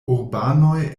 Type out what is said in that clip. urbanoj